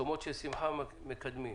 וצומות של שמחה מקדמים.